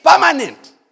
permanent